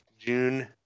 June